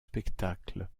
spectacles